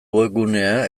webgunea